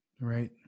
Right